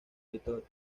editor